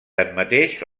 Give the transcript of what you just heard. tanmateix